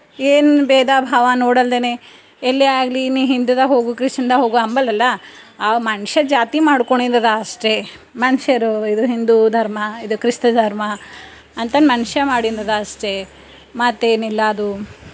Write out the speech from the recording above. ಏನು ಬೇಧ ಭಾವ ನೋಡಲ್ದೇನೆ ಎಲ್ಲೇ ಆಗಲಿ ನೀ ಹಿಂದುದಾಗ ಹೋಗು ಕ್ರಿಶ್ಚನ್ದಾಗ ಹೋಗು ಅಂಬಲಲ್ಲ ಆ ಮನುಷ್ಯ ಜಾತಿ ಮಾಡ್ಕೊಂಡಿದದ ಅಷ್ಟೆ ಮನುಷ್ಯರು ಇದು ಹಿಂದೂ ಧರ್ಮ ಇದು ಕ್ರಿಸ್ತ ಧರ್ಮ ಅಂತ ಮನುಷ್ಯ ಮಾಡಿಂದದ ಅಷ್ಟೆ ಮತ್ತೇನಿಲ್ಲ ಅದು